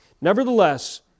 Nevertheless